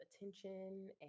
attention